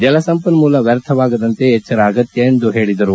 ಜಲಸಂಪನ್ಮೂಲ ವ್ಯರ್ಥವಾಗದಂತೆ ಎಚ್ವರ ಅಗತ್ಯ ಎಂದು ಹೇಳಿದರು